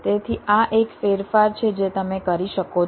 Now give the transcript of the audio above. તેથી આ એક ફેરફાર છે જે તમે કરી શકો છો